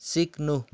सिक्नु